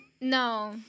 No